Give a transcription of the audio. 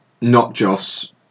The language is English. not-Joss